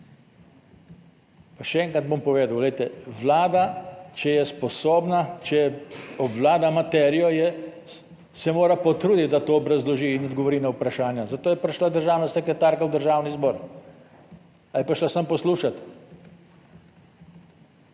še enkrat bom povedal. Glejte, Vlada, če je sposobna, če obvlada materijo se mora potruditi, da to obrazloži in odgovori na vprašanja, zato je prišla državna sekretarka v Državni zbor. Ali je prišla samo poslušat?